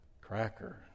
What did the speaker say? cracker